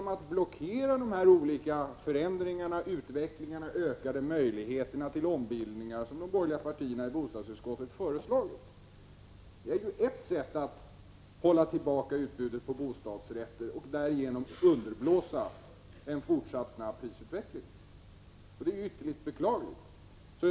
Just att blockera den utveckling mot ökade möjligheter till ombildningar som de borgerliga partierna i bostadsutskottet har föreslagit är ett sätt att hålla tillbaka utbudet på bostadsrätter och därigenom underblåsa en fortsatt snabb prisutveckling. Det är ytterligt beklagligt att det förhåller sig så.